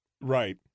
Right